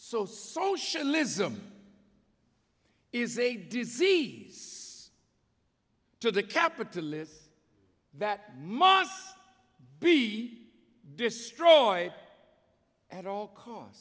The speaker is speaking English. so socialism is a disease to the capitalist that must be destroyed at all costs